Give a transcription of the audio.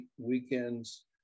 weekends